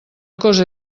cosa